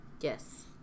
Yes